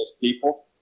people